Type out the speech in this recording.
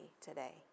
today